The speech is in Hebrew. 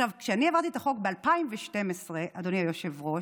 כשאני העברתי את החוק ב-2012, אדוני היושב-ראש,